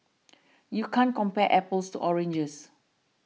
you can't compare apples to oranges